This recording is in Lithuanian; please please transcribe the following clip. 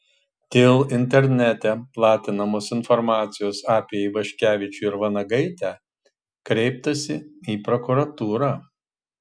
dėl internete platinamos informacijos apie ivaškevičių ir vanagaitę kreiptasi į prokuratūrą